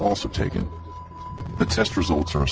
also taken the test results are